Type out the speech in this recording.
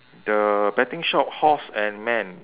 the betting shop horse and man